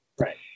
Right